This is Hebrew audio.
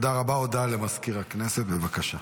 הודעה למזכיר הכנסת, בבקשה.